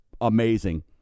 amazing